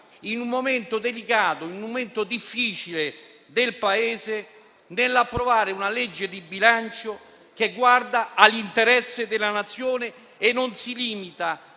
in un momento delicato e difficile per il Paese, di approvare una legge di bilancio che guarda all'interesse della Nazione e non si limita